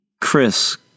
Chris